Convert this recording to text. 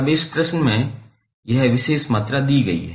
अब इस प्रश्न में यह विशेष मात्रा दी गई है